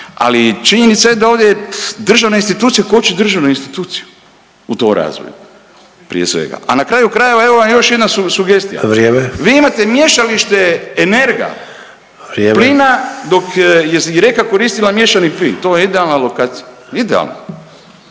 Ali činjenica je da ovdje državne institucije koče državnu instituciju u tom razvoju prije svega. A na kraju krajeva evo vam još jedna sugestija. Vi imate mješalište … plina dok je Rijeka koristila miješani plin to je idealna lokacija, idealna